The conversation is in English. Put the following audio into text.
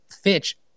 Fitch